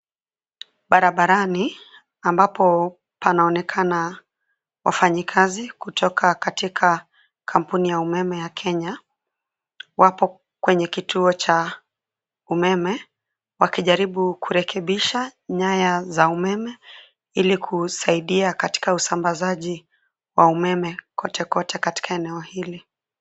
Barabarani ambapo panaonekana wafanyikazi kutoka katika Kampuni ya umeme ya Kenya, wapo kwenye kituo cha umeme, wakijaribu kurekebisha nyaya za umeme ili kusaidia katika usambazaji wa umeme kote kote katika eneo hili.